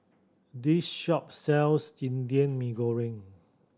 this shop sells Indian Mee Goreng